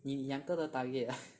你两个都 target ah